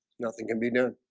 nothing can be done